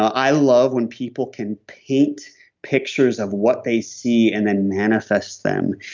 i love when people can paint pictures of what they see and then manifest them.